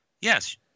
Yes